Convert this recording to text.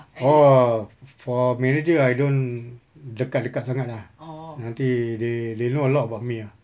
oh for manager I don't dekat dekat sangat lah nanti they they know a lot about me ah